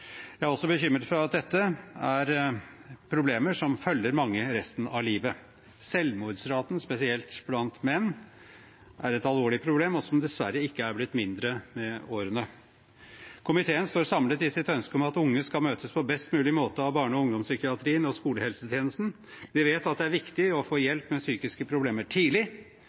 Jeg er også bekymret for at dette er problemer som følger mange resten av livet. Selvmordsraten, spesielt blant menn, er et alvorlig problem, som dessverre ikke er blitt mindre med årene. Komiteen står samlet i sitt ønske om at unge skal møtes på best mulig måte av barne- og ungdomspsykiatrien og skolehelsetjenesten. Vi vet at det er viktig å få hjelp med psykiske problemer tidlig.